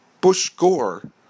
Bush-Gore